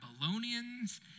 Babylonians